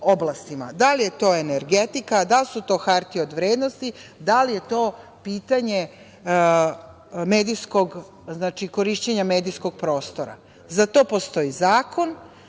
oblastima, da li je to energetika, da li su to hartije od vrednosti, da li je to pitanje korišćenja medijskog prostora. Za to postoji zakon,